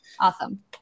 Awesome